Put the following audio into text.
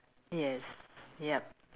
yes yup